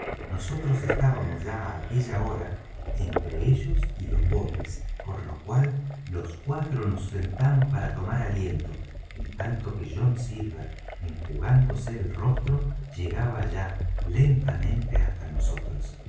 nosotros estábamos ya á aquella hora entre ellos y los botes por lo cual todos cuatro nos sentamos para tomar aliento en tanto que john silver enjugándose el rostro llegaba ya lentamente hasta nosotros